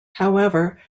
however